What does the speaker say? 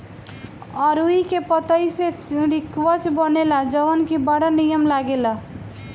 अरुई के पतई से रिकवच बनेला जवन की बड़ा निमन लागेला